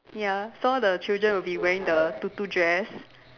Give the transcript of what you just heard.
ya so the children will be wearing the tutu dress